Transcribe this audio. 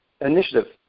Initiative